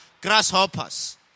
grasshoppers